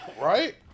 Right